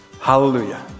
Hallelujah